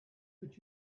that